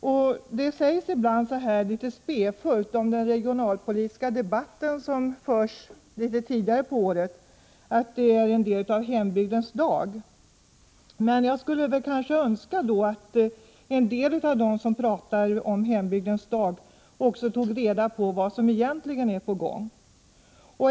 Om den regionalpolitiska debatt som förs litet senare på året säger man ibland litet spefullt att den är något av en hembygdens dag. Jag önskar att de som pratar om ”hembygdens dag” skulle ta reda på vad som egentligen är på gång.